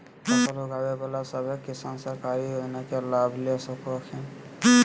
फसल उगाबे बला सभै किसान सरकारी योजना के लाभ ले सको हखिन